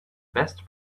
best